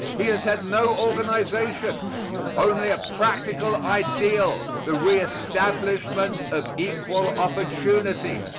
he has had no organization only a practical ideal the reestablishment of equal opportunity.